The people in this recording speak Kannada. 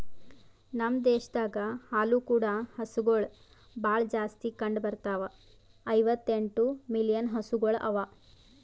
ನಮ್ ದೇಶದಾಗ್ ಹಾಲು ಕೂಡ ಹಸುಗೊಳ್ ಭಾಳ್ ಜಾಸ್ತಿ ಕಂಡ ಬರ್ತಾವ, ಐವತ್ತ ಎಂಟು ಮಿಲಿಯನ್ ಹಸುಗೊಳ್ ಅವಾ